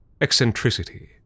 eccentricity